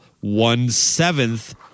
one-seventh